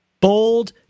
Bold